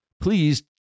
Please